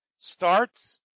Starts